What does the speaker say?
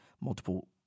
multiple